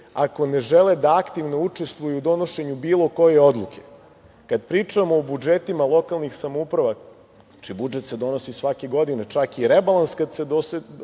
ako ne žele da aktivno učestvuju u donošenju bilo koje odluke. Kada pričamo o budžetima lokalnih samouprava, budžet se donosi svake godine, pa čak i rebalans kada se donosi,